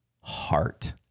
heart